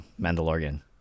Mandalorian